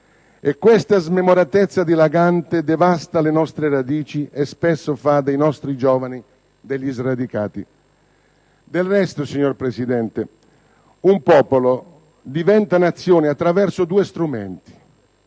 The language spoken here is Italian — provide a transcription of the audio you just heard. e questa smemoratezza dilagante devasta le nostre radici e spesso fa dei nostri giovani degli sradicati. Del resto, signor Presidente, un popolo diventa Nazione attraverso due strumenti: